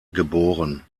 geboren